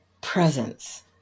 presence